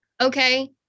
Okay